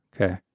Okay